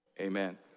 amen